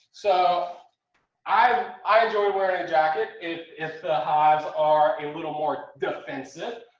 so i i enjoy wearing a jacket. if if the hives are a little more defensive,